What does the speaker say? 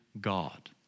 God